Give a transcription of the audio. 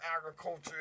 agriculture